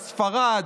ספרד,